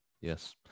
yes